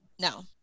no